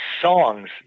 songs